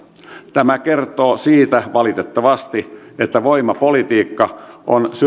tämä kertoo siitä valitettavasti että voimapolitiikka on